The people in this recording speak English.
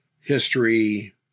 History